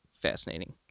fascinating